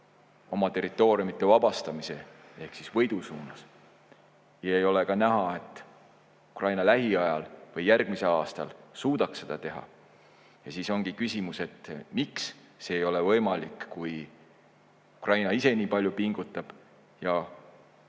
oma territooriumide vabastamise ehk võidu suunas. Ei ole ka näha, et Ukraina lähiajal või järgmisel aastal suudaks seda teha. Ja ongi küsimus, et miks see ei ole võimalik, kui Ukraina ise nii palju pingutab ja